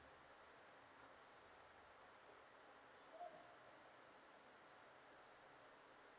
mm